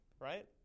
right